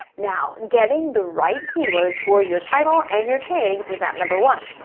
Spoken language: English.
now getting the right keywords for your title and your tags was app number one.